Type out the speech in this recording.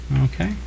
Okay